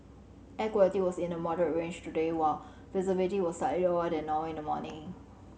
air quality was in the moderate range today while visibility was slightly lower than normal in the morning